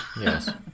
Yes